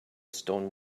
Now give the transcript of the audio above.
stone